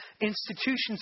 Institutions